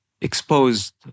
exposed